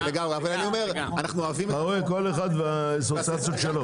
כל אחד והאסוציאציות שלו.